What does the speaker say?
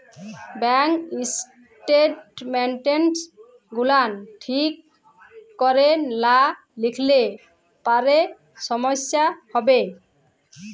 bank statements গুলান ঠিক ক্যরে লা লিখলে পারে সমস্যা হ্যবে